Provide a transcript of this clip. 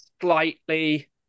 slightly